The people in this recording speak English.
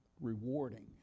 Rewarding